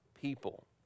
people